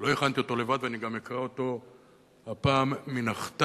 לא הכנתי אותו לבד, ואני גם אקרא אותו הפעם מהכתב,